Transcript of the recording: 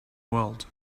world